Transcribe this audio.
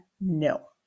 No